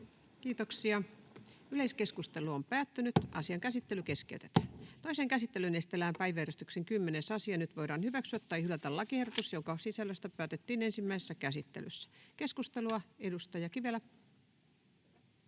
laiksi luonnonsuojelulain muuttamisesta Time: N/A Content: Toiseen käsittelyyn esitellään päiväjärjestyksen 10. asia. Nyt voidaan hyväksyä tai hylätä lakiehdotus, jonka sisällöstä päätettiin ensimmäisessä käsittelyssä. — Keskustelua. Edustaja Kivelä.